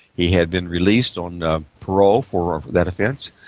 he had been released on ah parole for that offence.